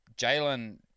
Jalen